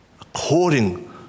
According